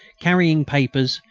carrying papers,